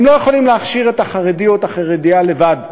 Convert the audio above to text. הם לא יכולים להכשיר את החרדי או את החרדית לבד.